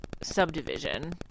subdivision